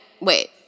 wait